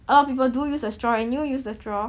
a lot of people do use a straw and you use the straw